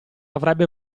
avrebbe